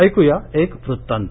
ऐकूया एक वृत्तात